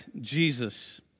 Jesus